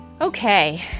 Okay